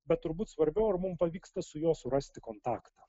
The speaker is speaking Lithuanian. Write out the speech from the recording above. bet turbūt svarbiau ar mum pavyksta su juo surasti kontaktą